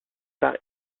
par